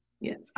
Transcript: Yes